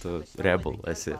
tu rebl esi